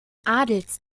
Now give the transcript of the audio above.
adels